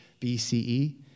BCE